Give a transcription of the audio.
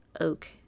oak